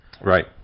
Right